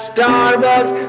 Starbucks